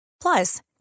Plus